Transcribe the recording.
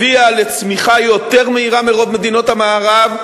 הביאה לצמיחה יותר מהירה מרוב מדינות המערב,